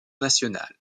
national